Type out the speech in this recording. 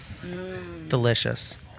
Delicious